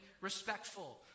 respectful